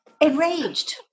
enraged